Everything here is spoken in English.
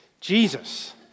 Jesus